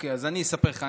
אוקיי, אז אני אספר לך.